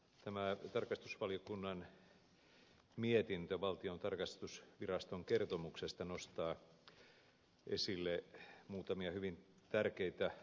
tämä tarkastusvaliokunnan mietintö valtion tarkastusviraston kertomuksesta nostaa esille muutamia hyvin tärkeitä aihekokonaisuuksia